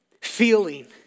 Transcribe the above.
feeling